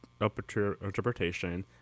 interpretation